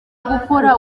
gukora